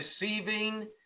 deceiving